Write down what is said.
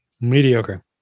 Mediocre